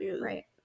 Right